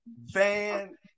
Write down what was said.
Van